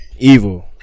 Evil